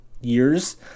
years